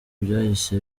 byahise